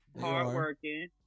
hardworking